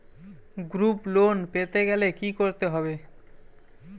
Group loan পেতে গেলে কি করতে হবে?